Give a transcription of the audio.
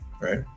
Right